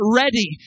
ready